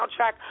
soundtrack